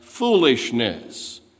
foolishness